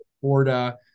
Florida